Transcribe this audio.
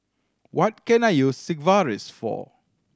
what can I use Sigvaris for